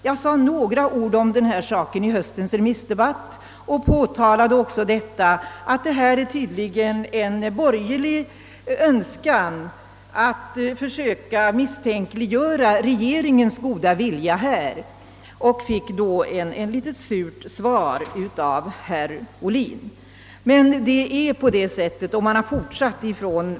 Jag anförde några ord om denna sak i höstens remissdebatt och framhöll att det tydligen föreligger en borgerlig önskan att försöka misstänkliggöra regeringens goda vilja i denna sak. På det fick jag av herr Ohlin ett svar som var litet surt. Det förhåller sig dock på det sättet.